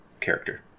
character